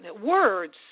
words